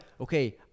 okay